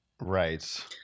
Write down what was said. Right